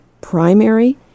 primary